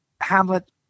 Hamlet